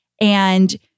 And-